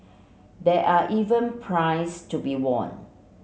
there are even prize to be won